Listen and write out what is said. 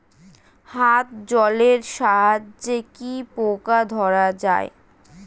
হাত জলের সাহায্যে কি পোকা ধরা যায়?